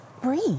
Breathe